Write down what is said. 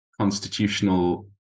constitutional